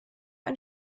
ein